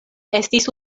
estis